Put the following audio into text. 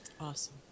Awesome